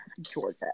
Georgia